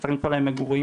צריך למצוא להם מגורים,